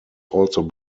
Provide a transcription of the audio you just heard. also